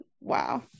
wow